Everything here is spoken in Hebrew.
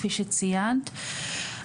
כפי שציינת.